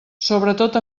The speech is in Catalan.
sobretot